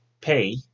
pay